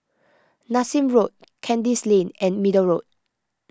Nassim Road Kandis Lane and Middle Road